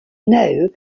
know